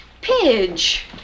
Pidge